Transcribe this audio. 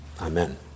Amen